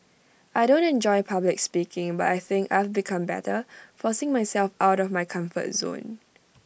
I don't enjoy public speaking but I think I've become better forcing myself out of my comfort zone